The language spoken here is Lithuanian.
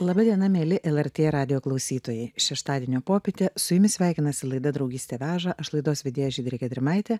laba diena mieli lrt radijo klausytojai šeštadienio popietę su jumis sveikinasi laida draugystė veža aš laidos vedėja žydrė gedrimaitė